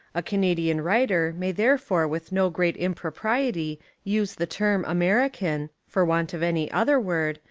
a canadian writer may there fore with no great impropriety use the term american, for want of any other word,